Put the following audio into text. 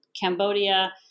Cambodia